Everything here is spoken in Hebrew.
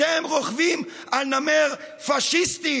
אתם רוכבים על נמר פשיסטי,